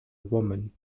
woman